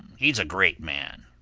he's a great man.